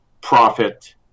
profit